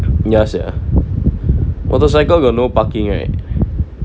ya sia motorcycle got no parking right